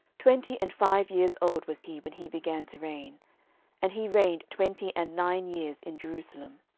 twenty and five years old was he when he began to reign and he reigned twenty and nine years in jerusalem.